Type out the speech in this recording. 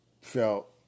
felt